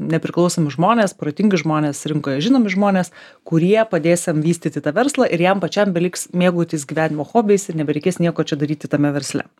nepriklausomi žmonės protingi žmonės rinkoj žinomi žmonės kurie padės jam vystyti tą verslą ir jam pačiam beliks mėgautis gyvenimo hobiais ir nebereikės nieko čia daryti tame versle